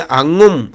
angum